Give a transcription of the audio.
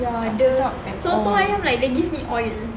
ya soto ayam like they give me oil